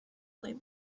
play